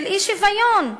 של אי-שוויון.